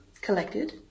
collected